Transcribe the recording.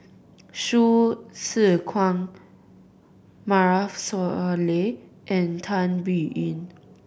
Hsu Tse Kwang Maarof Salleh and Tan Biyun